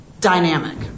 dynamic